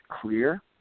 clear